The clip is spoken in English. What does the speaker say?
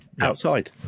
Outside